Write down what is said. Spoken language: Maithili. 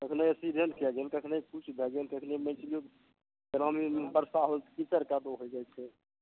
कखनो एक्सिडेंट कए गेल कखनो किछु भए गेल कखनो ग्रामीणमे बर्षा होल कीचड़ कादो हो जाइ छै